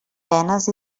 penes